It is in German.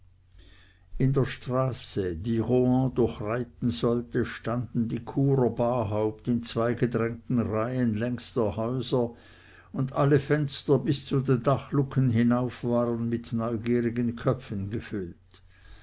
in der straße die rohan durchreiten sollte standen die churer barhaupt in zwei gedrängten reihen längs der häuser und alle fenster bis zu den dachluken hinauf waren mit neugierigen köpfen gefüllt